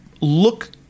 look